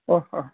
ओ हो